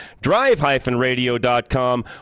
drive-radio.com